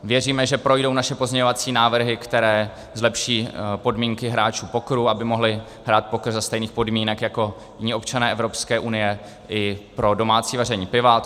Věříme, že projdou naše pozměňovací návrhy, které zlepší podmínky hráčů pokeru, aby mohli hrát poker za stejných podmínek jako jiní občané Evropské unie, i pro domácí vaření piva.